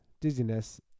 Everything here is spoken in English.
dizziness